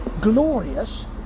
glorious